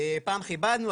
פעם כיבדנו,